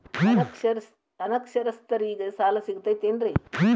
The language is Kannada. ಅನಕ್ಷರಸ್ಥರಿಗ ಸಾಲ ಸಿಗತೈತೇನ್ರಿ?